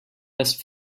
best